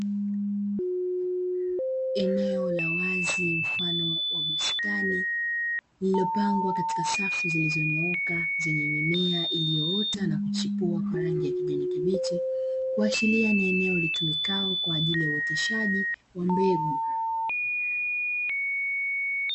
Eneo la wazi mfano wa bustani lililopangwa katika safu zilizonyooka, zenye mimea iliyoota na kuchipua kwa rangi ya kijani kibichi, kuashiria ni eneo litumikalo kwa ajili ya uoteshaji wa mbegu.